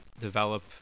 develop